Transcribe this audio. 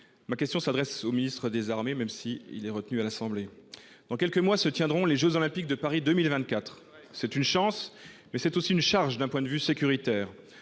Ma question s'adresse à M. le ministre des armées, même s'il est retenu cet après-midi à l'Assemblée nationale. Dans quelques mois se tiendront les jeux Olympiques de Paris 2024. C'est une chance, mais c'est aussi une charge d'un point de vue sécuritaire.